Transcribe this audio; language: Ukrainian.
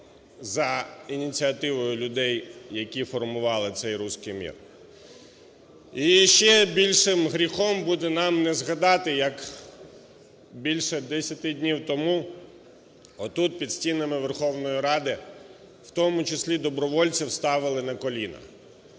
за ініціативою людей, які формували цей "русский мир". І ще більшим гріхом буде нам не згадати, як більше десяти днів тому отут, під стінами Верховної Ради в тому числі добровольців ставили на коліна.